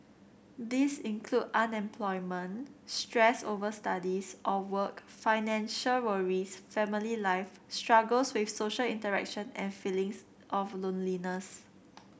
these include unemployment stress over studies or work financial worries family life struggles with social interaction and feelings of loneliness